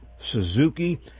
Suzuki